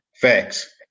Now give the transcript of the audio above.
facts